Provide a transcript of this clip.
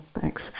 thanks